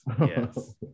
yes